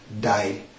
died